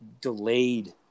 delayed